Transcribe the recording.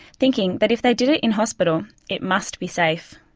thinking that if they did it in hospital it must be safe.